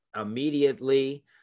immediately